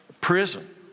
prison